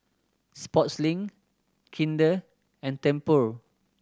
Sportslink Kinder and Tempur